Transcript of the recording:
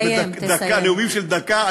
בנאומים של דקה,